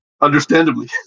understandably